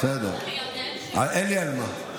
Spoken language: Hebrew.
אין לי ממה.